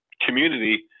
community